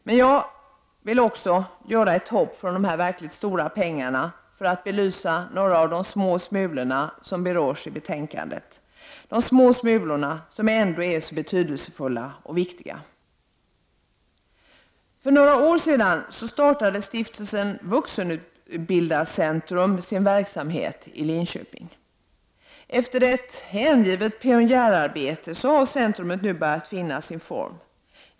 Så vill jag göra ett hopp från de verkligt stora pengarna till att belysa några av de små smulor som berörs i betänkandet och som ändå är så betydelsefulla och viktiga. För några år sedan startade stiftelsen Vuxenutbildarcentrum sin verksamhet i Linköping. Efter ett hängivet pionjärarbete har centrumet nu börjat finna sin form.